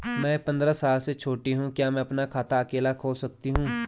मैं पंद्रह साल से छोटी हूँ क्या मैं अपना खाता अकेला खोल सकती हूँ?